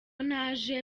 naje